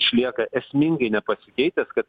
išlieka esmingai nepasikeitęs kad